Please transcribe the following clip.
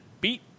beat